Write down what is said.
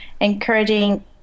encouraging